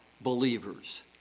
believers